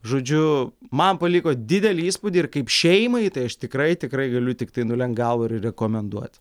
žodžiu man paliko didelį įspūdį ir kaip šeimai tai aš tikrai tikrai galiu tiktai nulenkt galvą ir rekomenduot